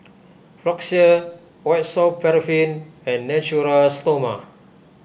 Floxia White Soft Paraffin and Natura Stoma